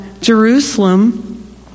Jerusalem